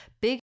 Big